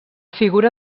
figura